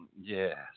Yes